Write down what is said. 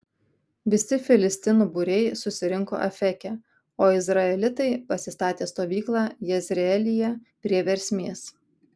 visi filistinų būriai susirinko afeke o izraelitai pasistatė stovyklą jezreelyje prie versmės